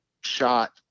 shot